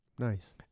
Nice